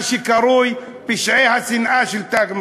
מה שקרוי פשעי השנאה של "תג מחיר".